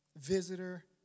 visitor